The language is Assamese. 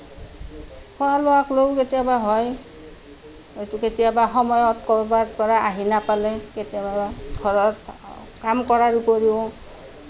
খোৱা লোৱাক লৈও কেতিয়াবা হয় এইটো কেতিয়াবা সময়ত ক'ৰবাৰ পৰা আহি নাপালে কেতিয়াবা ঘৰৰ কাম কৰাৰ উপৰিও